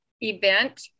event